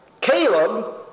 Caleb